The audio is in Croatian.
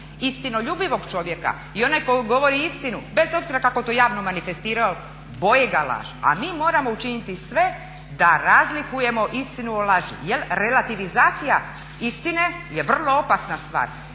istinoljubivog čovjeka i onaj tko govori istinu bez obzira kako to javno manifestirao boli ga laž. A mi moramo učiniti sve da razlikujemo istinu od laži. Jer relativizacija istine je vrlo opasna stvar.